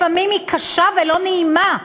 לפעמים היא קשה ולא נעימה.